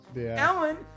Ellen